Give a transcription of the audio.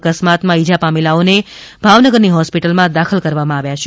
અક્સ્માતમાં ઈજા પામેલાઓને ભાવનગરની હોસ્પીટલમાં દાખલ કરવામાં આવ્યા છે